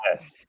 yes